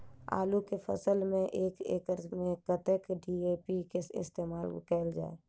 आलु केँ फसल मे एक एकड़ मे कतेक डी.ए.पी केँ इस्तेमाल कैल जाए?